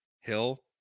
Hill